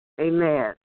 amen